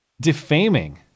defaming